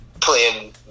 playing